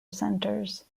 centers